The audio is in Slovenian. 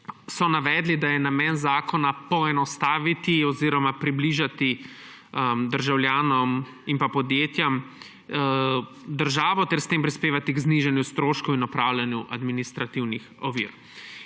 so navedli, da je namen zakona poenostaviti oziroma približati državo državljanom in podjetjem ter s tem prispevati k znižanju stroškov in odpravljanju administrativnih ovir.